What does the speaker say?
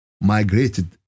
migrated